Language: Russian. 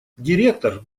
директор